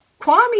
Kwame